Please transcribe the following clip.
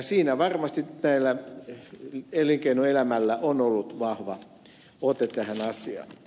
siinä varmasti elinkeinoelämällä on ollut vahva ote tähän asiaan